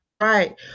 right